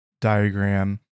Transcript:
diagram